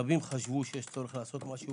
רבים חשבו שצריך לעשות משהו